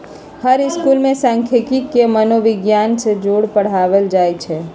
हर school में सांखियिकी के मनोविग्यान से जोड़ पढ़ायल जाई छई